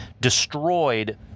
destroyed